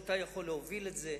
שאתה יכול להוביל את זה,